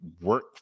work